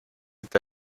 est